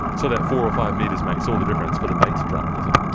so that four or five metres makes all the difference for the bait drop, does it?